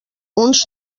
uns